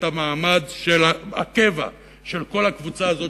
את מעמד הקבע של הקבוצה הזאת,